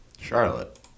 Charlotte